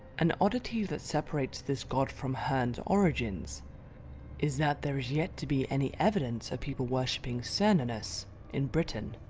an oddity that separates this god from herne's origins is that there is yet to be any evidence of people worshipping cernunnos in britain.